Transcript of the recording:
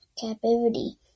Captivity